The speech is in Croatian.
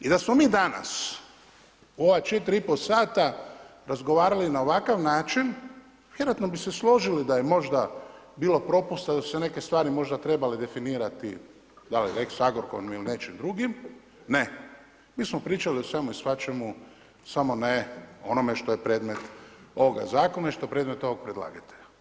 I da smo mi danas u ova 4,5 sata razgovarali na ovakav način vjerojatno bi se složili da je možda bilo propusta da su se neke stvari možda trebale definirati da li lex Agrokor ili nečim drugim, ne, mi smo pričali o svemu i svačemu samo ne o onome što je predmet ovoga zakona i što je predmet predlagatelja.